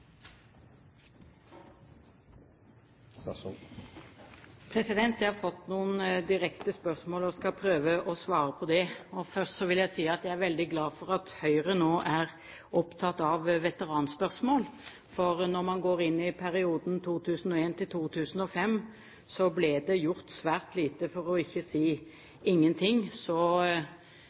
har fått noen direkte spørsmål og skal prøve å svare på dem. Først vil jeg si at jeg er veldig glad for at Høyre nå er opptatt av veteranspørsmål, for når man går inn i perioden 2001–2005, ble det gjort svært lite – for ikke å si ingenting. Så